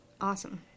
Awesome